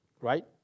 right